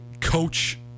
coach